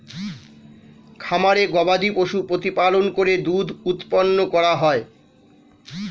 খামারে গবাদিপশু প্রতিপালন করে দুধ উৎপন্ন করা হয়